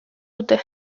dute